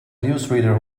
newsreader